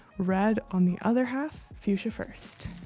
red on the other half. fuchsia first.